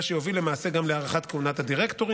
מה שיוביל למעשה גם להארכת כהונת הדירקטורים.